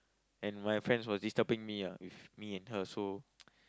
and my friends were disturbing me ah with me and her so